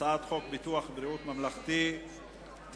הצעת חוק ביטוח בריאות ממלכתי (תיקון,